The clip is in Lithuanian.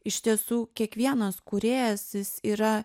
iš tiesų kiekvienas kūrėjas jis yra